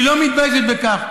היא לא מתביישת בכך.